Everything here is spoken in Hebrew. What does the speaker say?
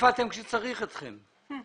איפה אתם כשצריך אתכם?